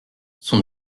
sont